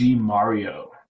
Mario